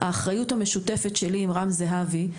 האחריות המשותפת שלי עם רם זהבי,